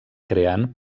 creant